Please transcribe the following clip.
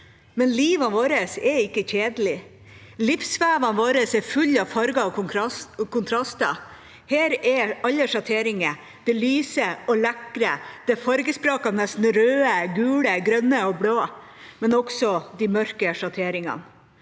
ut. Livet vårt er derimot ikke kjedelig. Livsvevene våre er fulle av farger og kontraster. Her er alle sjatteringer: det lyse og lekre, det fargesprakende røde, gule, grønne og blå – men også de mørke sjatteringene.